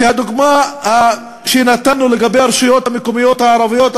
הדוגמה שנתנו לגבי הרשויות המקומיות הערביות,